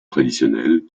traditionnelle